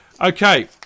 Okay